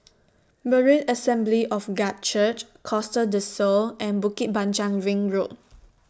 Berean Assembly of God Church Costa Del Sol and Bukit Panjang Ring Road